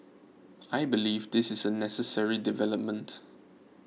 I believe this is a necessary development